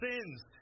sins